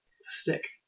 stick